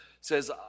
says